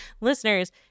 listeners